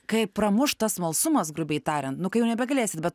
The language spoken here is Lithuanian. kai pramuš tas smalsumas grubiai tariant nu kai jau nebegalėsit be